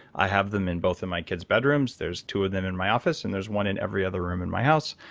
i have them in both of my kids' bedrooms. there's two of them in my office, and there's one in every other room in my house.